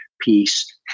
peace